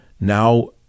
Now